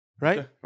Right